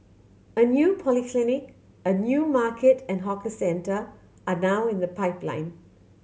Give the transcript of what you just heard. a new polyclinic a new market and hawker centre are now in the pipeline